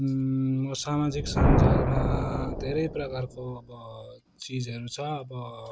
सामाजिक सञ्जालमा धेरै प्रकारको अब चिजहरू छ अब